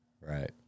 Right